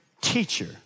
teacher